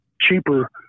cheaper